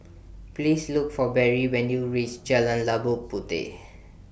Please Look For Berry when YOU REACH Jalan Labu Puteh